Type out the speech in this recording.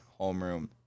homeroom